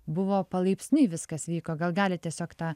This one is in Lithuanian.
buvo palaipsniui viskas vyko gal galit tiesiog tą